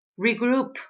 Regroup